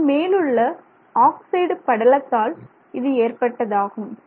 அதன் மேலுள்ள ஆக்சைடு படலத்தால் இது ஏற்பட்டதாகும்